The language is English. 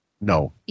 No